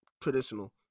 traditional